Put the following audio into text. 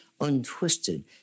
untwisted